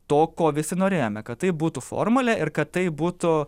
to ko visi norėjome kad taip būtų formulė ir kad tai būtų